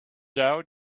out